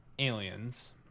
Aliens